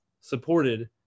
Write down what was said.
supported